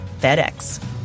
FedEx